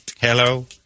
Hello